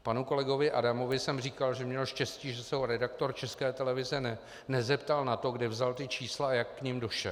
Panu kolegovi Adamovi jsem říkal, že měl štěstí, že se ho redaktor České televize nezeptal na to, kde vzal ta čísla a jak k nim došel.